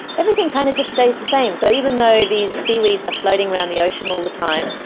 everything kind of just stays the same. so even though these seaweeds are floating around the ocean all the time,